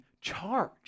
charge